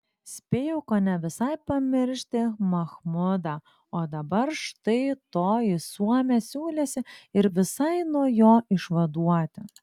spėjau kone visai pamiršti machmudą o dabar štai toji suomė siūlėsi ir visai nuo jo išvaduoti